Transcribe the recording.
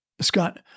Scott